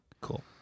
Cool